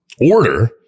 order